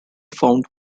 found